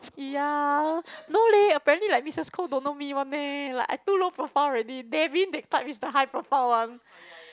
ya no leh apparently like Missus Koh don't know me one meh like I too low profile already Davine that type is the high profile one